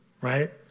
right